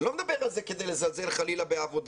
אני לא מדבר על זה כדי לזלזל חלילה בעבודה.